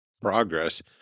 progress